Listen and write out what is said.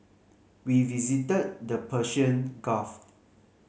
we visited the Persian Gulf